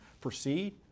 proceed